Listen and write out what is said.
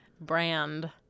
brand